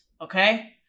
Okay